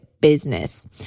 business